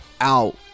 Out